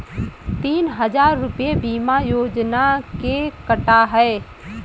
तीन हजार रूपए बीमा योजना के कटा है